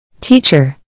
Teacher